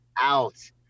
out